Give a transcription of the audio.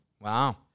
Wow